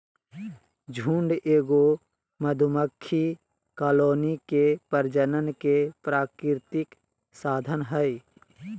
झुंड एगो मधुमक्खी कॉलोनी के प्रजनन के प्राकृतिक साधन हइ